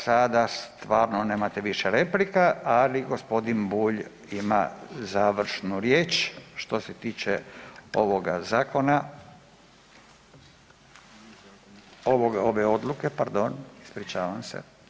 Sada stvarno nemate više replika, ali gospodin Bulj ima završnu riječ što se tiče ovoga zakona, ove odluke pardon, ispričavam se.